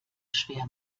schwer